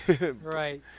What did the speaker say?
right